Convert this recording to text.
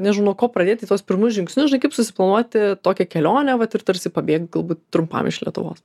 nežinau nuo ko pradėti tuos pirmus žingsnius žinai kaip susiplanuoti tokią kelionę vat ir tarsi pabėgt galbūt trumpam iš lietuvos